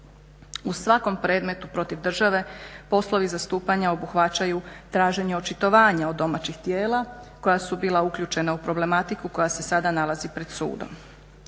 U svakom predmetu protiv države poslovi zastupanja obuhvaćaju traženje očitovanja od domaćih tijela koja su bila uključena u problematiku koja se sada nalazi pred sudom.